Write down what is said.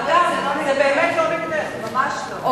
אגב, זה באמת לא נגדך, ממש לא.